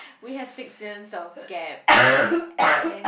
we have six years of gap and